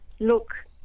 look